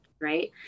right